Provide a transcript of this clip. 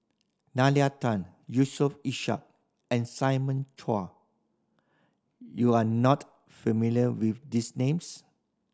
Nalla Tan Yusof Ishak and Simon Chua you are not familiar with these names